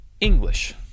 English